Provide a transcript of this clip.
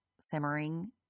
simmering